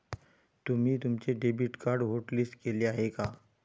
तुम्ही तुमचे debit card hotlist केले आहे का?